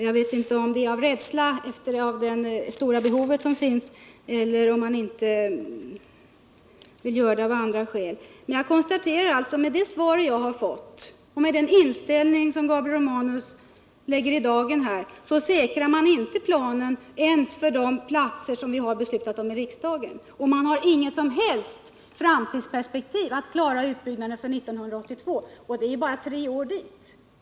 Jag vet inte om det är av rädsla för att tala om det stora behov som finns eller om det är andra skäl som ligger bakom. Jag konstaterar emellertid att enligt det svar jag fått och med den inställning som Gabriel Romanus lägger i dagen säkrar man inte planen ens för de platser som vi har beslutat om i riksdagen. Man har inte något som helst framtidsperspektiv för att klara utbyggnaden för 1982, och det är ju bara tre år dit.